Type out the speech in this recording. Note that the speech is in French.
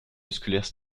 musculaires